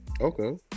Okay